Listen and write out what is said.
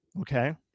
Okay